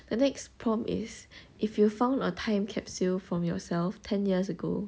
the next prompt is if you found a time capsule from yourself ten years ago